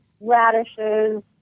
radishes